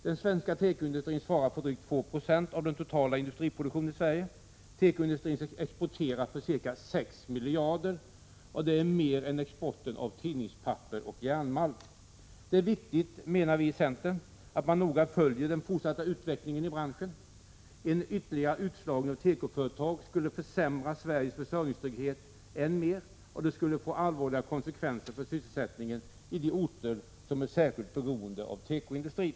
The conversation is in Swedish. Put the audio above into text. Den svenska tekoindustrin svarar för drygt 2 2e av den totala industriproduktionen i Sverige. Tekoindustrin exporterar för ca 6 miljarder, och det är mer än exporten av tidningspapper och järnmalm. Det är viktigt, menar vi i centern, att man noga följer den fortsatta utvecklingen i branschen. En ytterligare utslagning av tekoföretag skulle försämra Sveriges försörjningstrygghet än mer och få allvarliga konsekvenser för sysselsättningen i de orter som är särskilt beroende av tekoindustrin.